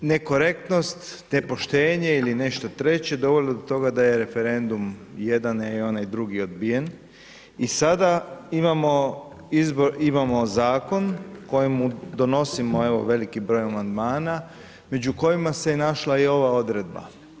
Međutim, nekorektnost, nepoštenje ili nešto treće dovelo je do toga da je referendum jedan i onaj drugi odbijen i sada imamo zakon kojemu donosimo, evo veliki broj amandmana, među kojima se našla i ova odredba.